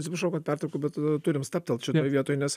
atsiprašau kad pertraukiu bet turim stabtelt šitoj vietoj nes